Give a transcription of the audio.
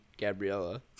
Gabriella